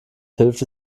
hilft